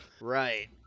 right